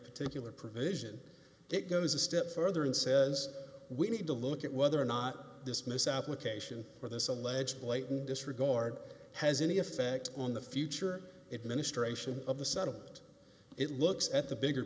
particular provision it goes a step further and says we need to look at whether or not this misapplication or this alleged blatant disregard has any effect on the future administration of the settlement it looks at the bigger